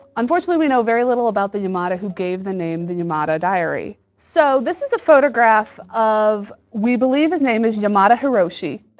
unfortunately we know very little about the yamada who gave the name the yamada diary. so this is a photograph of, we believe his name is yamada hiroshi.